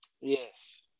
Yes